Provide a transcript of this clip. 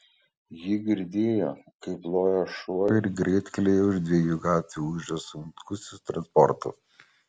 ji girdėjo kaip loja šuo ir greitkelyje už dviejų gatvių ūžia sunkusis transportas